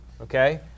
okay